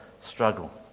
struggle